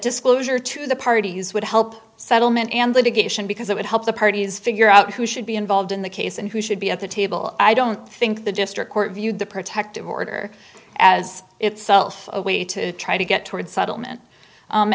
disclosure to the parties would help settlement and litigation because it would help the parties figure out who should be involved in the case and who should be at the table i don't think the district court viewed the protective order as itself a way to try to get towards settlement